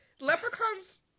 leprechauns